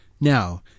Now